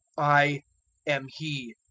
i am he,